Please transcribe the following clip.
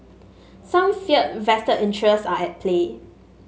some fear vested interests are at play